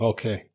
Okay